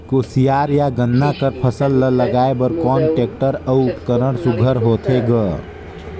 कोशियार या गन्ना कर फसल ल लगाय बर कोन टेक्टर अउ उपकरण सुघ्घर होथे ग?